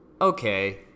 okay